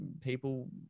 people